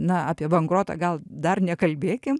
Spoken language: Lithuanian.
na apie bankrotą gal dar nekalbėkim